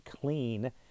clean